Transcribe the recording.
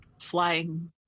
flying